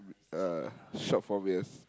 uh short form yes